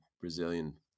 Brazilian